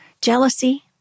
jealousy